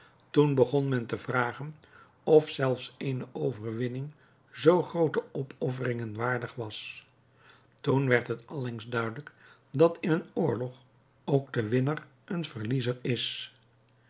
toen begon men te vragen of zelfs eene overwinning zoo groote opofferingen waardig was toen werd het allengs duidelijk dat in een oorlog ook de winner een verliezer is